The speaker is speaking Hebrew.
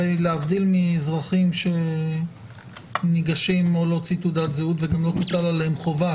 הרי להבדיל מאזרחים שניגשים להוציא תעודת זהות וגם לא תוטל עליהם חובה,